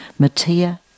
matia